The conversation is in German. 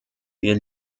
wir